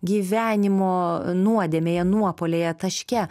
gyvenimo nuodėmėje nuopuolyje taške